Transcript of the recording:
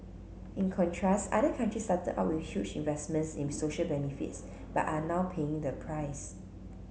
in contrast other countries started out with huge investments in social benefits but are now paying the price